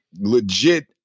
legit